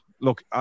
look